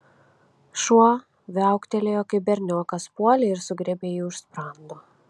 šuo viauktelėjo kai berniokas puolė ir sugriebė jį už sprando